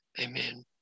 Amen